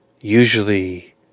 Usually